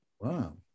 Wow